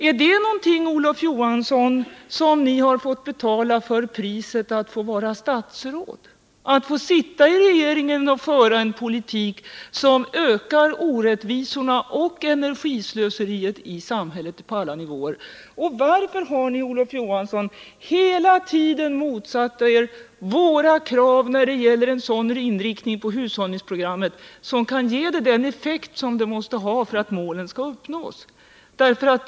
Är detta det pris ni fått betala, Olof Johansson, för att få vara statsråd —i en regering som för en politik som ökar orättvisorna och energislöseriet i samhället på alla nivåer? Varför har ni, Olof Johansson, hela tiden motsatt er våra krav på en sådan inriktning av hushållningsprogrammet att det kan få en sådan effekt som det måste ha för att målet på det området skall kunna uppnås?